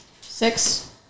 Six